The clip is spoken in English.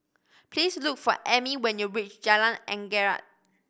please look for Emmy when you reach Jalan Anggerek